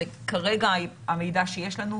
זה כרגע המידע שיש לנו.